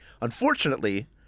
Unfortunately